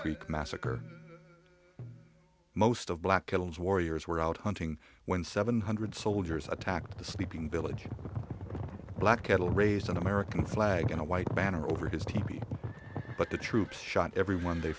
creek massacre that most of black kills warriors were out hunting when seven hundred soldiers attacked the sleeping village black cattle raised an american flag and a white banner over his teepee but the troops shot everyone they